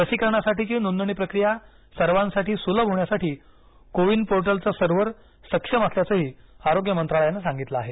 लसीकरणासाठीची नोंदणी प्रक्रिया सर्वांसाठी सुलभ होण्यासाठीकोविन पोर्टलचं सर्व्हर सक्षम असल्याचंही आरोग्य मंत्रालयानं सांगितलं आहे